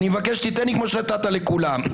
אני מבקש שתיתן לי כמו שנתת לכולם.